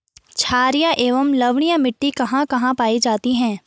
छारीय एवं लवणीय मिट्टी कहां कहां पायी जाती है?